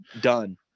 done